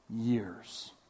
years